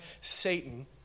Satan